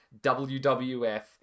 WWF